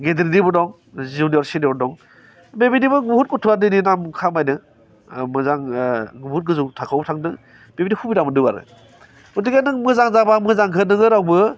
गिदिरनिबो दं junior senior दं बेबायदिबो बुहुथ गथआ दोनै नाम खामायदो मोजां बुहुथ गोजौ थाखोआव थांदों बेबायदि सुबिदा मोनदों गथिखे नों मोजां जाबा मोजांखौ नोङो रावबो